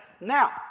Now